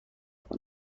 کنم